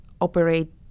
operate